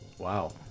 Wow